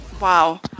wow